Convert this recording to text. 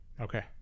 Okay